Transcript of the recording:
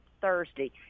Thursday